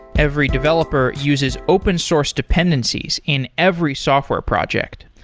every developer uses open source dependencies in every software project.